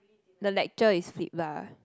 the lecture is flip lah